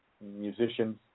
musicians